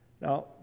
Now